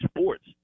sports